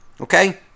okay